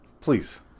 please